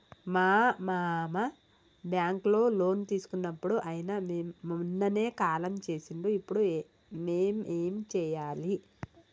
మా మామ బ్యాంక్ లో లోన్ తీసుకున్నడు అయిన మొన్ననే కాలం చేసిండు ఇప్పుడు మేం ఏం చేయాలి?